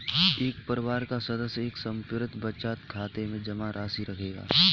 एक परिवार का सदस्य एक समर्पित बचत खाते में जमा राशि रखेगा